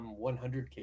100K